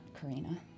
Karina